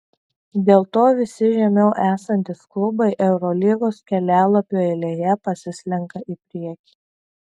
dėl to visi žemiau esantys klubai eurolygos kelialapių eilėje pasislenka į priekį